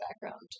background